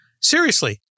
seriously-